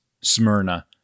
Smyrna